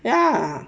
ya